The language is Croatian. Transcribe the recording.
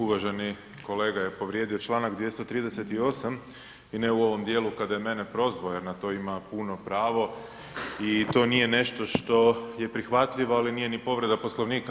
Uvaženi kolega je povrijedio članak 238. i ne u ovom dijelu kada je mene prozvao jer na to ima puno pravo i to nije nešto što je prihvatljivo, ali nije ni povreda Poslovnika.